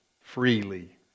freely